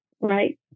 right